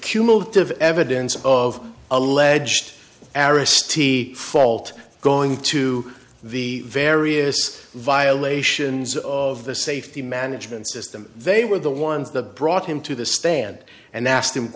cumulative evidence of alleged arris t fault going to the various violations of the safety management system they were the ones that brought him to the stand and ask